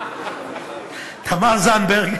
תמר זנדברג,